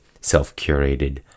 self-curated